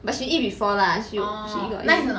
but she eat before lah she she got eat